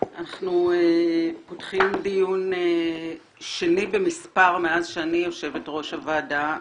אנחנו פותחים דיון שני במספר מאז שאני יושבת ראש הוועדה,